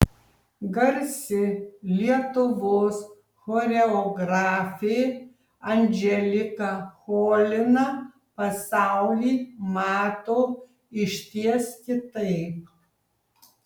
garsi lietuvos choreografė anželika cholina pasaulį mato išties kitaip